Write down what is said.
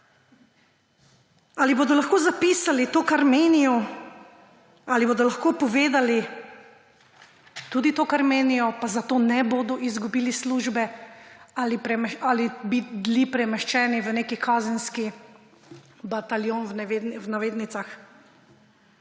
ali bodo lahko zapisali to, kar menijo, ali bodo lahko povedali tudi to, kar menijo, pa zato ne bodo izgubili službe ali bi bili premeščeni v neki kazenski bataljon, v navednicah,